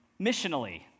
missionally